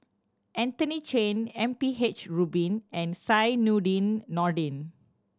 Anthony Chen M P H Rubin and Zainudin Nordin